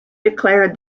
declared